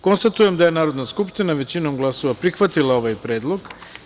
Konstatujem da je Narodna skupština većinom glasova prihvatila ovaj predlog.